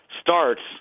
starts